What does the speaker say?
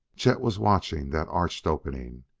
chet was watching that arched opening.